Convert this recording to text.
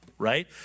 right